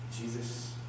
Jesus